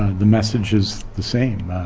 the message is the same.